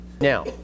Now